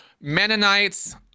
Mennonites